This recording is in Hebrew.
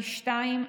פי שניים,